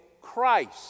Christ